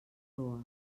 proa